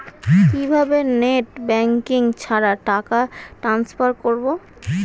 কিভাবে net banking ছাড়া টাকা টান্সফার করব?